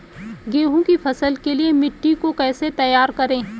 गेहूँ की फसल के लिए मिट्टी को कैसे तैयार करें?